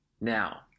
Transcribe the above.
Now